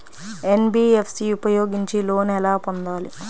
NBFC ఉపయోగించి loan ఎలా పొందాలి?